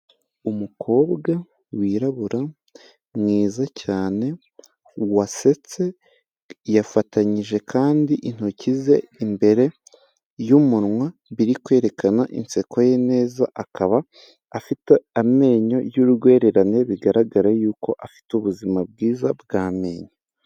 Umukobwa wirabura mwiza cyane wasetse, yafatanyije kandi intoki ze imbere y'umunwa biri kwerekana inseko ye neza, akaba afite amenyo y'urwererane bigaragara yuko afite ubuzima bwiza bw'amenyo.